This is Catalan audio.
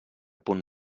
punt